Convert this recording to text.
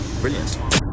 Brilliant